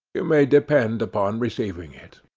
you may depend upon receiving it